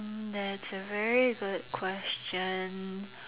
that's a very good question